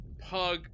pug